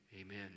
amen